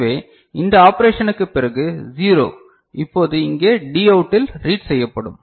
எனவே இந்த ஆப்பரேஷனுக்கு பிறகு 0 இப்போது இங்கே Dஅவுட் இல் ரீட் செய்யப்படும்